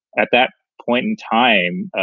at that point in time,